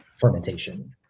fermentation